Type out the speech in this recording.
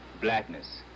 blackness